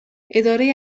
اداره